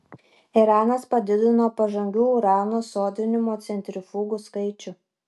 iranas padidino pažangių urano sodrinimo centrifugų skaičių